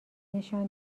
نشان